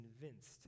convinced